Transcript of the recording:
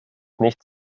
nicht